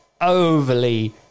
overly